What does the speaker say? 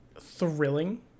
thrilling